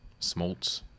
Smoltz